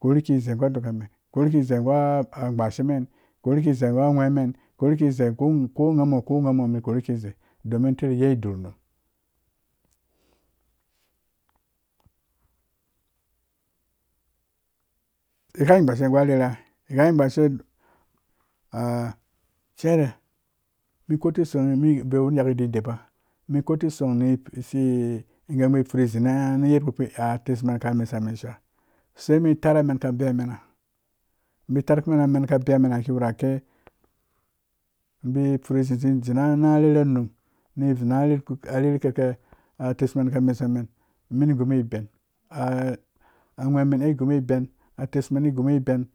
koni ko zei gu a dokamen korhi ki zei gu agbashemen korhi ki zei gu agweemen karhi gu ko aghamoo ko aghamõõ ko aghamoo domin titu yei idor unum gbeshe gu a rherha. igha gbashe i cere awuri nyaki dibeda kori ti ki song men furi zima nyak abinke atesman ka mesuwa sha. sai men tare amen ka abewomen bai taar kume ni vi furi zi na rherhuunum ni zi na rherhe kike atesmen ka nesuwa men men gũ uben. agweemen ai gu uboben a tesmen ai guiben